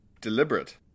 deliberate